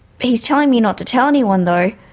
he's telling me not to tell anyone though.